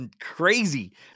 crazy